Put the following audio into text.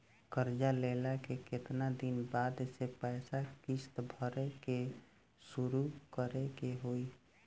कर्जा लेला के केतना दिन बाद से पैसा किश्त भरे के शुरू करे के होई?